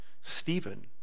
Stephen